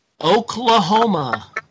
Oklahoma